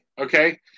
okay